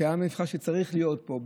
כעם הנבחר שצריך להיות פה,